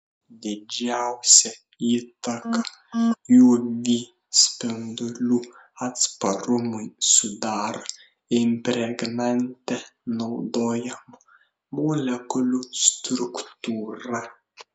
didžiausią įtaką uv spindulių atsparumui sudaro impregnante naudojamų molekulių struktūra